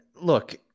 look